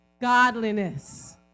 godliness